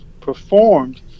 performed